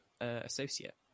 associate